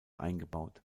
eingebaut